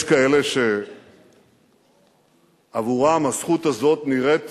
יש כאלה שעבורם הזכות הזאת נראית